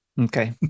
Okay